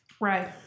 Right